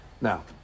Now